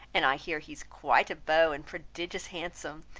and i hear he is quite a beau, and prodigious handsome.